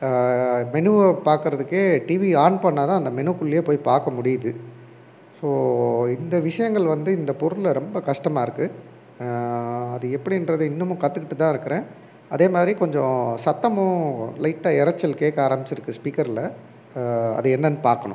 மெனுவை பார்க்கறதுக்கே டிவியை ஆன் பண்ணிணா தான் அந்த மெனுக்குள்ளே போய் பார்க்க முடியுது ஸோ இந்த விஷியங்கள் வந்து இந்த பொருளில் ரொம்ப கஷ்டமாக இருக்குது அது எப்படின்றத இன்னமும் கற்றுக்கிட்டு தான் இருக்கிறேன் அதே மாதிரி கொஞ்சம் சத்தமும் லைட்டாக இரைச்சல் கேட்க ஆரமிச்சுருக்கு ஸ்பீக்கரில் அது என்னன்னு பார்க்கணும்